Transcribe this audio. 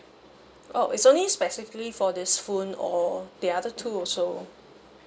oh it's only specifically for this phone or the other two also